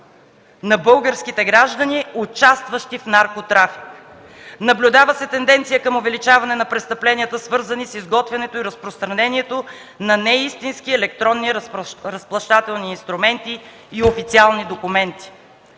на българските граждани, участващи в наркотрафик. Наблюдава се тенденция към увеличаване на престъпленията, свързани с изготвянето и разпространението на неистински електронни разплащателни инструменти и официални документи.